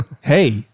Hey